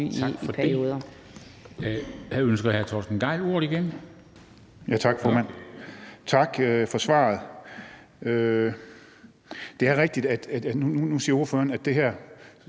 Tak for det.